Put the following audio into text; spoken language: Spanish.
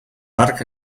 park